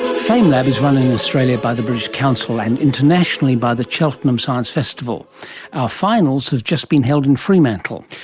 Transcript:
famelab is run in australia by the british council, and internationally by the cheltenham science festival. our finals have just been held in fremantle.